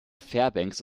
fairbanks